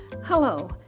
hello